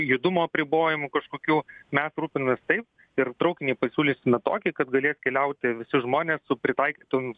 judumo apribojimų kažkokių mes rūpinamės taip ir traukinį pasiūlysime tokį kad galės keliauti visi žmonės su pritaikytoms